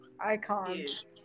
Icons